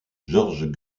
george